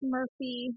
Murphy